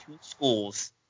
schools